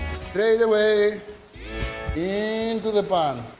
straight away into the pan.